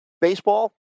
Baseball